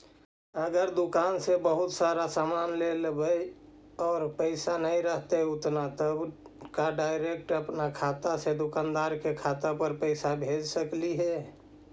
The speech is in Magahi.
अगर दुकान से बहुत सारा सामान ले लेबै और पैसा न रहतै उतना तब का डैरेकट अपन खाता से दुकानदार के खाता पर पैसा भेज सकली हे?